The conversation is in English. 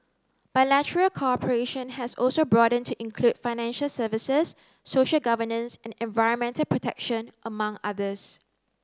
bilateral cooperation has also broadened to include financial services social governance and environmental protection among others